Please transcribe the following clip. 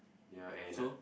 ya and uh